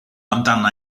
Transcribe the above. amdana